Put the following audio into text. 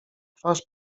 twarz